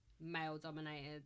male-dominated